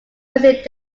basic